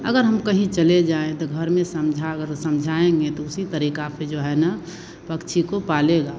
अगर हम कहीं चले जाए तो घर में समझा अगर समझाएंगे तो उसी तरीका से जो है न पक्षी को पलेगा